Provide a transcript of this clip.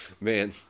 Man